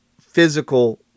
physical